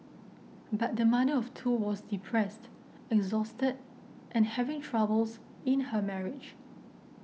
but the mother of two was depressed exhausted and having troubles in her marriage